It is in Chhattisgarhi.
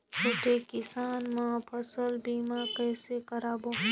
छोटे किसान मन फसल बीमा कइसे कराबो?